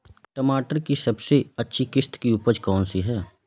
टमाटर की सबसे अच्छी किश्त की उपज कौन सी है?